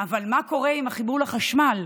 אבל מה קורה עם החיבור לחשמל?